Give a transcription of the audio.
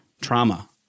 trauma